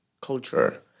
culture